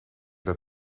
dan